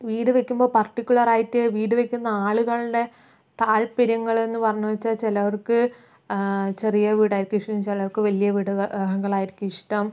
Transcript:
വീട് വയ്ക്കുമ്പോൾ പർട്ടിക്കുലർ ആയിട്ട് വീട് വയ്ക്കുന്ന ആളുകളുടെ താൽപര്യങ്ങൾ എന്ന് പറഞ്ഞ് വെച്ചാൽ ചിലവർക്ക് ചെറിയ വീടായിരിക്കും ഇഷ്ടം ചിലർക്ക് വലിയ വീടുകൾ ആയിരിക്കും ഇഷ്ടം